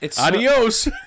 Adios